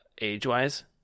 age-wise